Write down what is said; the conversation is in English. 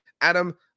adam